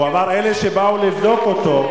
הוא אמר אלה שבאו לבדוק אותו,